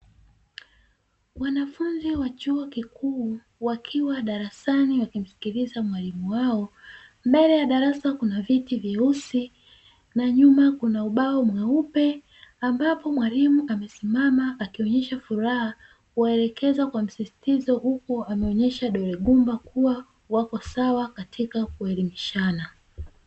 Wanafunzi wa chuo kikuu wakiwa darasani wakimsikiliza mwalimu wao, mbele ya darasa kuna viti vyeusi na nyuma kuna ubao mweupe ambapo mwalimu amesimama akionyesha furaha, kuwaelekeza kwa msisitizo huku ameonyesha dore gumba kuwa wako sawa katika kuelimishana.